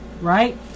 right